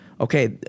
Okay